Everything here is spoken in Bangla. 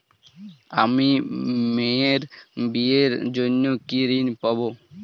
আমি মেয়ের বিয়ের জন্য কি ঋণ পাবো?